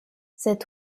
cet